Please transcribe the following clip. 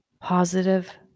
positive